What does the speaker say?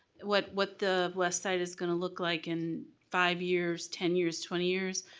what what the west side is gonna look like in five years, ten years, twenty years.